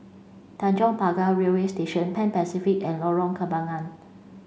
Tanjong Pagar Railway Station Pan Pacific and Lorong Kembangan